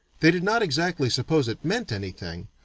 they did not exactly suppose it meant anything,